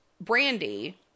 Brandy